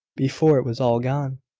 before it was all gone.